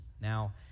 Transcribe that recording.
Now